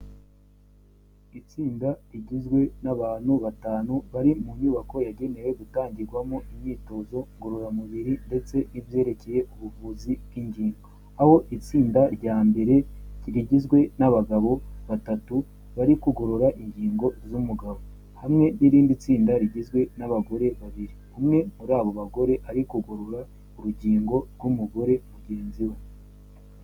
Itsinda rigizwe n'abantu batanu bari mu nyubako yagenewe gutangirwamo imyitozo ngororamubiri ndetse n'ibyerekeye ubuvuzi bw'ingingo, aho itsinda rya mbere rigizwe n'abagabo batatu bari kugorora ingingo z'umugabo hamwe n'irindi tsinda rigizwe n'abagore babiri, umwe muri abo bagore ari kugorora urugingo rw'umugore mugenzi we.